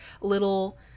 little